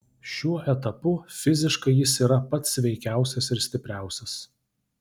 šiuo etapu fiziškai jis yra pats sveikiausias ir stipriausias